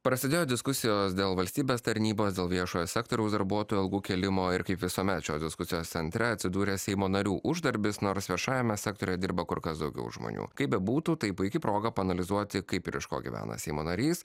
prasidėjo diskusijos dėl valstybės tarnybos dėl viešojo sektoriaus darbuotojų algų kėlimo ir kaip visuomet šios diskusijos centre atsidūręs seimo narių uždarbis nors viešajame sektoriuje dirba kur kas daugiau žmonių kaip bebūtų tai puiki proga paanalizuoti kaip ir iš ko gyvena seimo narys